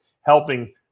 helping